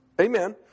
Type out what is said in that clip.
Amen